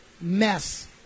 mess